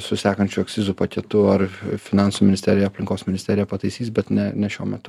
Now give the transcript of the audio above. su sekančiu akcizų paketu ar finansų ministerija aplinkos ministerija pataisys bet ne ne šiuo metu